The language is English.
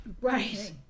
Right